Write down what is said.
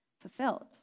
fulfilled